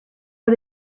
but